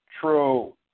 true